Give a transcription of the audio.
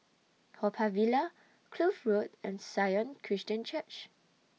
Haw Par Villa Kloof Road and Sion Christian Church